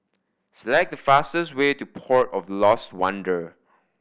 select the fastest way to Port of Lost Wonder